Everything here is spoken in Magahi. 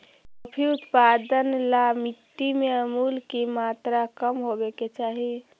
कॉफी उत्पादन ला मिट्टी में अमूल की मात्रा कम होवे के चाही